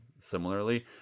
similarly